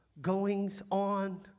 goings-on